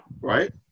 right